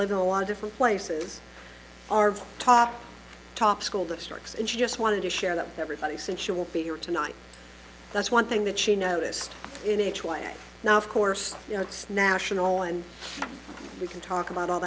live in a lot of different places are top top school districts and she just wanted to share that everybody since she will be here tonight that's one thing that she noticed in a choice now of course you know it's national and we can talk about all